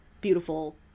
beautiful